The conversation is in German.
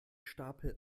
stapel